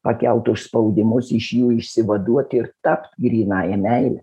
pakelt užspaudimus iš jų išsivaduoti ir tapt grynąja meile